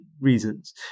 reasons